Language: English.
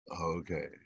Okay